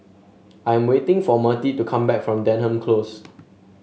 I am waiting for Mertie to come back from Denham Close